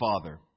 Father